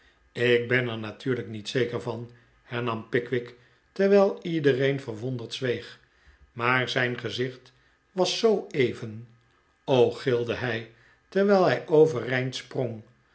ik ben er natuurlijk niet zeker van hernam pickwick terwijl iedereen verwonderd zweeg maar zijn gezicht was zooeven o gilde hij terwijl hij overeind sprong